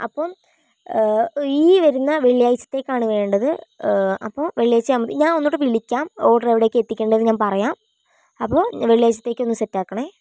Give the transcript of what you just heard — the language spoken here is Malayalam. അപ്പം ഈ വരുന്ന വെള്ളിയാഴ്ച്ചത്തേക്കാണ് വേണ്ടത് അപ്പം വെള്ളിയാഴ്ച്ച മതി ഞാനൊന്നൂടെ വിളിക്കാം ഓർഡറെവിടേക്കാ എത്തിക്കേണ്ടതെന്ന് ഞാൻ പറയാം അപ്പോൾ വെള്ളിയാഴ്ചത്തേയ്ക്കൊന്ന് സെറ്റാക്കണേ